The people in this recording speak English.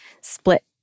split